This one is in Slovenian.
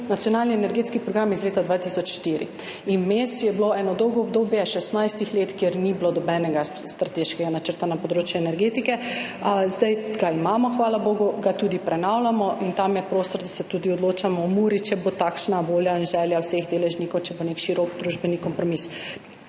nacionalni energetski program iz leta 2004 in vmes je bilo eno dolgo obdobje 16 let, kjer ni bilo nobenega strateškega načrta na področju energetike. Zdaj ga imamo, hvala bogu, ga tudi prenavljamo in tam je prostor, da se tudi odločamo o Muri, če bo takšna volja in želja vseh deležnikov, če bo nek širok družbeni kompromis.